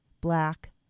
black